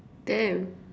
damn